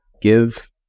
give